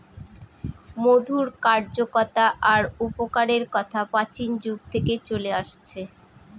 মধুর কার্যকতা আর উপকারের কথা প্রাচীন যুগ থেকে চলে আসছে